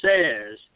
says